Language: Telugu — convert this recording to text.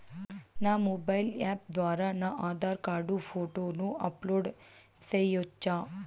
నా మొబైల్ యాప్ ద్వారా నా ఆధార్ కార్డు ఫోటోను అప్లోడ్ సేయొచ్చా?